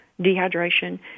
dehydration